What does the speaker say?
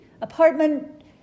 apartment